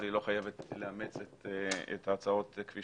אבל היא לא חייבת לאמץ את ההצעות כפי